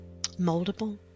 moldable